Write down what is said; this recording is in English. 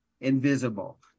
invisible